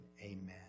Amen